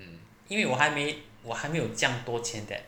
因为我还没我还没有多多钱 that